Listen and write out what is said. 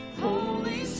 Holy